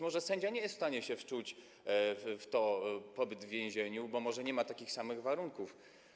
Może sędzia nie jest w stanie się wczuć, jeżeli chodzi o pobyt w więzieniu, bo może nie ma takich samych warunków.